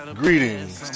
greetings